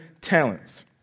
talents